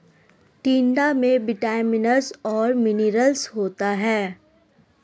टिंडा में विटामिन्स और मिनरल्स होता है